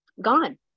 gone